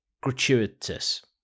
gratuitous